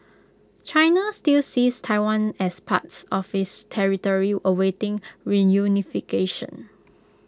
China still sees Taiwan as pars of its territory awaiting reunification